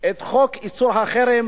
את חוק איסור החרם,